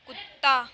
कुत्ता